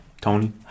Tony